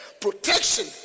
Protection